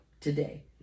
today